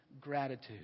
gratitude